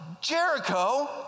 Jericho